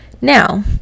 Now